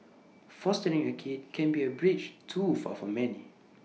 fostering A kid can be A bridge too far for many